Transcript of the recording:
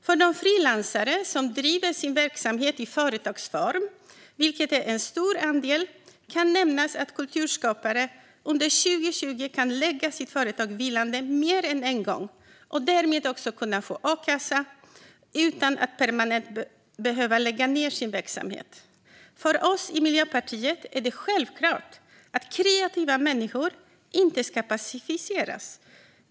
För de frilansare som driver sin verksamhet i företagsform, vilket är en stor andel, kan nämnas att kulturskapare under 2020 kan lägga sitt företag vilande mer än en gång och därmed också kunna få a-kassa utan att permanent behöva lägga ned sin verksamhet. För oss i Miljöpartiet är det självklart att kreativa människor inte ska passiviseras.